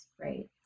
right